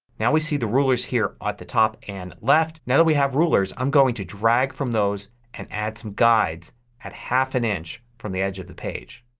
now we see the rulers here at the top and left. now that we have rulers i'm going to drag from those and add some guides at a half an inch from the edge of the page.